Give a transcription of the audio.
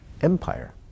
Empire